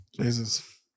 Jesus